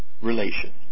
relation